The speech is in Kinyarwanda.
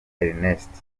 ernest